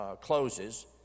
closes